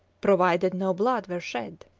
provided no blood were shed.